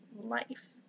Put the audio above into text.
life